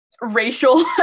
racial